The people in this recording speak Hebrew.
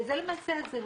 כי זה למעשה הזהות.